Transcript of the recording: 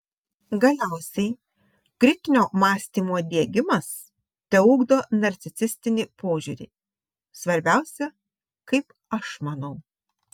galiausiai kritinio mąstymo diegimas teugdo narcisistinį požiūrį svarbiausia kaip aš manau